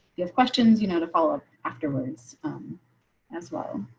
you have questions, you know, to follow up afterwards as well.